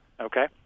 Okay